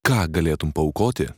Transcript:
ką galėtum paaukoti